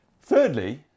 Thirdly